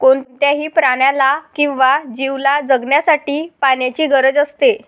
कोणत्याही प्राण्याला किंवा जीवला जगण्यासाठी पाण्याची गरज असते